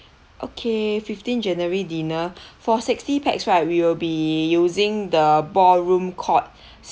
okay fifteen january dinner for sixty pax right we will be using the ballroom court